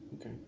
okay